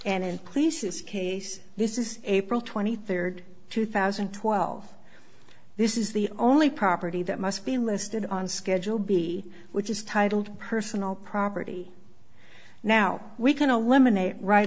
and in places case this is april twenty third two thousand and twelve this is the only property that must be listed on schedule b which is titled personal property now we can eliminate right